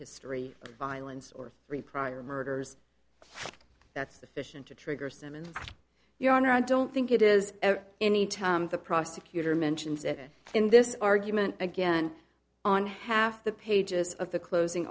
history of violence or three prior murders that's the fission to trigger some in your honor i don't think it is any time the prosecutor mentions it in this argument again on half the pages of the closing